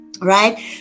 Right